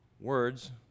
words